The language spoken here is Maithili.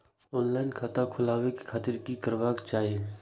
ऑनलाईन खाता खोलाबे के खातिर कि करबाक चाही?